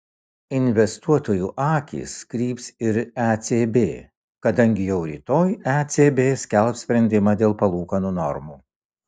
investuotojų akys kryps ir į ecb kadangi jau rytoj ecb skelbs sprendimą dėl palūkanų normų